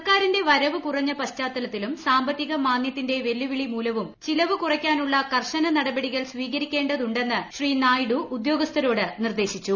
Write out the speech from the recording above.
സർക്കാരിന്റെ് വരവ് കുറഞ്ഞ പശ്ചാത്തുലത്തിലും സാമ്പത്തിക മാന്ദ്യത്തിന്റെ വെല്ലുവിളി മൂലവും ചില്ലുവ് കുറയ്ക്കാനുളള കർശന നടപടികൾ സ്വീകരിക്കേണ്ടത്യൂടിണ്ട്ടുണ്ട് ശ്രീ നായിഡു ഉദ്യോഗസ്ഥരോട് നിർദ്ദേശിച്ചു